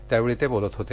त्यावेळी ते बोलत होते